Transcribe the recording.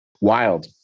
Wild